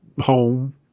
home